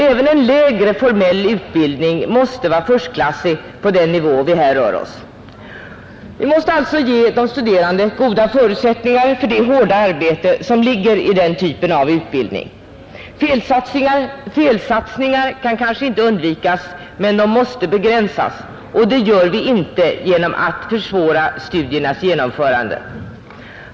Även en lägre formell utbildning måste vara förstklassig på den nivå det här gäller. Vi måste alltså ge de studerande goda förutsättningar för det hårda arbete som ligger i den typen av utbildning. Felsatsningar kanske inte kan undvikas men de måste begränsas, och det medverkar vi inte till genom att försvåra studiernas genomförande.